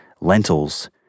lentils